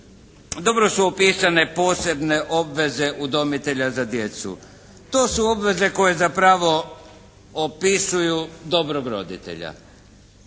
dobro su opisane posebne obveze udomitelja za djecu. To su obveze koje zapravo opisuju dobrog roditelja.